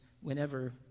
whenever